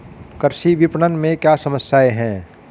कृषि विपणन में क्या समस्याएँ हैं?